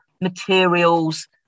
materials